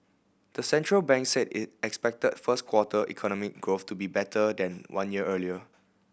the central bank said it expected first quarter economy growth to be better than one year earlier